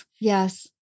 yes